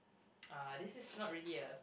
ah this is not really a